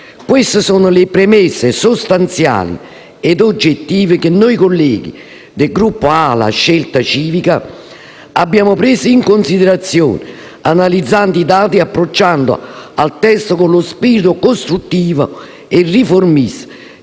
Queste sono le premesse sostanziali e oggettive che noi colleghi del Gruppo ALA-Scelta Civica abbiamo preso in considerazione, analizzando i dati e approcciandoci al testo con lo spirito costruttivo e riformista